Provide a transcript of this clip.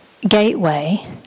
Gateway